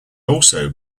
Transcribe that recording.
also